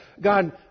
God